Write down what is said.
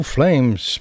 Flames